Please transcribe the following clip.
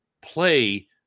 play